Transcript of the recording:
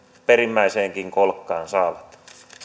perimmäiseenkin kolkkaan saavat